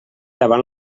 davant